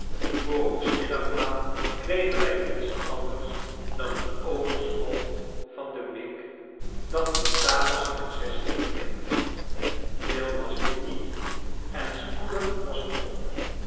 voor ons middagmaal kregen wij niets anders dan het overschot van de mik dat vitalis in zessen verdeelde veel was dit niet en spoedig was het op